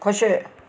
खु़शि